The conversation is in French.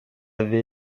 avaient